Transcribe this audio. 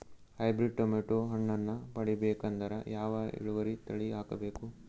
Hybrid tomato ಹಣ್ಣನ್ನ ಪಡಿಬೇಕಂದರ ಯಾವ ಇಳುವರಿ ತಳಿ ಹಾಕಬೇಕು?